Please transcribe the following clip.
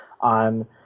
on